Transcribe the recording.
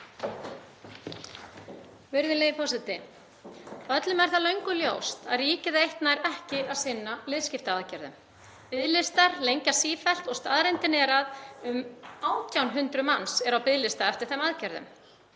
Virðulegi forseti. Öllum er það löngu ljóst að ríkið eitt nær ekki að sinna liðskiptaaðgerðum. Biðlistar lengjast sífellt og staðreyndin er að um 1.800 manns eru á biðlista eftir þeim aðgerðum.